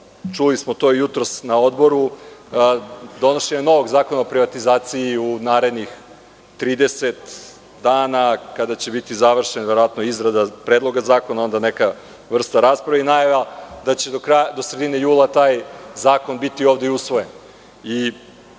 čuli smo to i jutros na Odboru, donošenja novog zakona o privatizaciji u narednih 30 dana, kada će biti završena izrada predloga zakona, a onda neka vrsta rasprave i najava da će do sredine jula taj zakon biti ovde i usvojen.